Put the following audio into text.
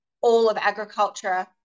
all-of-agriculture